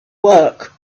work